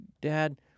dad